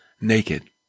naked